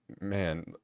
man